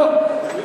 לא.